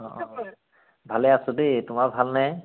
অ ভালে আছোঁ দেই তোমাৰ ভালনে